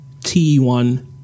T1